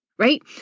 right